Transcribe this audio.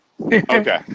okay